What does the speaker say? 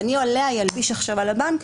ואני עליה אלביש עכשיו על הבנק?